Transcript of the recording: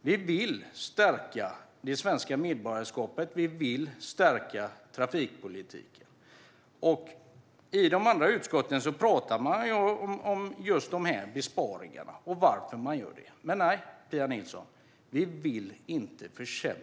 Vi vill stärka det svenska medborgarskapet. Vi vill stärka trafikpolitiken. I de andra utskotten talar man om just dessa besparingar och varför man gör dem. Men, Pia Nilsson, vi vill inte försämra.